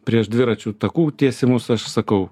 prieš dviračių takų tiesimus aš sakau